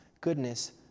goodness